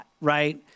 right